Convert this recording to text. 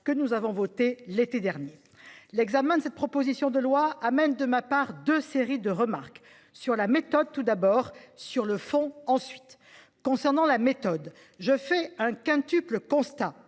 que nous avons voté l'été dernier. L'examen de cette proposition de loi m'amène à formuler deux séries de remarques, sur la méthode tout d'abord, sur le fond ensuite. En ce qui concerne la méthode, je fais le quintuple constat